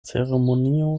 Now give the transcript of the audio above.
ceremonio